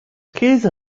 käse